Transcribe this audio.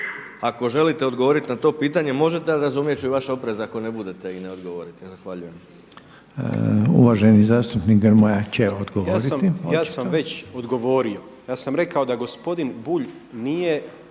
ako želite odgovoriti na to pitanje možete, ali razumjet ću i vaš oprez ako ne budete i ne odgovorite. Zahvaljujem. **Reiner, Željko (HDZ)** Uvaženi zastupnik Grmoja će odgovoriti. **Grmoja, Nikola (MOST)** Ja sam već odgovorio. Ja sam rekao da gospodin Bulj nije